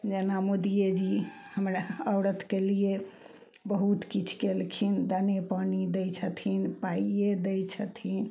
जेना मोदिये जी हमरा औरतके लिए बहुत किछु कयलखिन दाने पानि दए दै छथिन पाइए दै छथिन